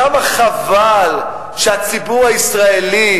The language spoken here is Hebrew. כמה חבל שהציבור הישראלי,